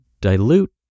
dilute